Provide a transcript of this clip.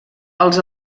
els